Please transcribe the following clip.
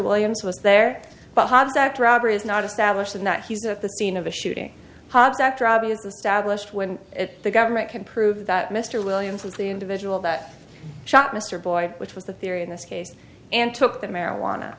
williams was there but hobbs that robbery is not established and that he's at the scene of the shooting pots that are obvious the stablished when the government can prove that mr williams was the individual that shot mr boyd which was the theory in this case and took that marijuana